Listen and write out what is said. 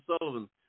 sullivan